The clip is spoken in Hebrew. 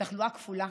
תחלואה כפולה,